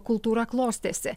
kultūra klostėsi